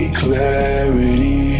clarity